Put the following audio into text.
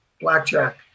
Blackjack